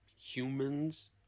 humans